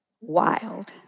wild